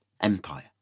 empire